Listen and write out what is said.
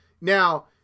now